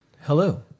Hello